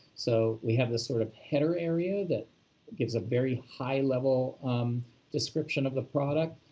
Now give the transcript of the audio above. so we have the sort of header area that gives a very high-level description of the product.